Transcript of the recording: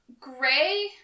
gray